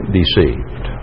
deceived